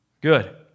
Good